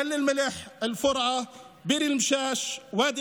תל אל-מלח, אל-פורעה, ביר אל-משאש,